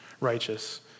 righteous